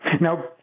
Now